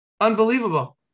unbelievable